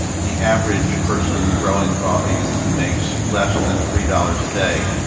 the average person growing coffee makes less than three dollars a day,